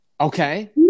Okay